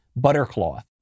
Buttercloth